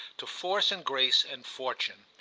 to force and grace and fortune,